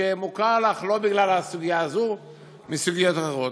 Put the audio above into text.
שמוכר לך לא בגלל הסוגיה הזאת אלא מסוגיות אחרות.